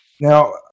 Now